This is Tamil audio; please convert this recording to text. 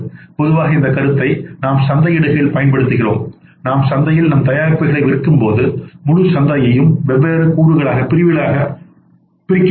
பொதுவாக இந்த கருத்தை நாம் சந்தையிடுகையில் பயன்படுத்துகிறோம் சந்தையில் நம் தயாரிப்புகளைவிற்கும்போது முழு சந்தையையும் வெவ்வேறு பிரிவுகளாகப் அல்லது கூறுகளாக பிரிக்கிறோம்